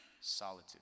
solitude